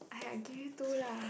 !aiya! give you two lah